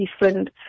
different